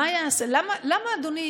באמת,